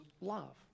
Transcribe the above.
love